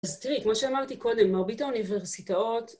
אז תראי, כמו שאמרתי קודם, מרבית האוניברסיטאות...